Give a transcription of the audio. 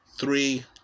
three